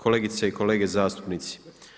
Kolegice i kolege zastupnici.